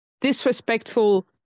disrespectful